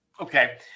okay